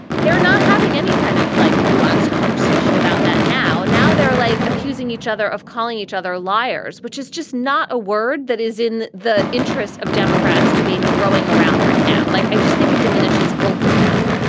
they're not having any kind of like nuanced conversation about that now. now they're like accusing each other of calling each other liars, which is just not a word that is in the interests of democrats to be throwing around right now. like, i just think it diminishes both of them.